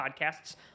podcasts